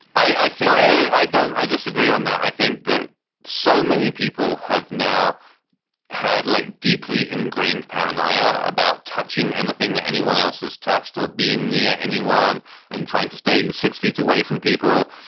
i i think i don't i disagree on that. i think that so many people have now had like deeply ingrained paranoia about touching. and the thing that anyone else has touched or being near anyone and trying to stay you six feet away from people,